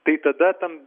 tai tada tam